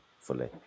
fully